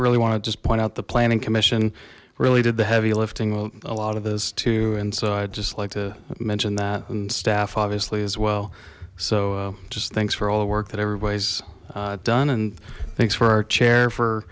really want to just point out the planning commission really did the heavy lifting with a lot of this too and so i just like to mention that and staff obviously as well so just thanks for all the work that everybody's done and thanks for our chair for